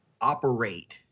operate